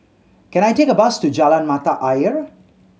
can I take a bus to Jalan Mata Ayer